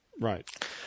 Right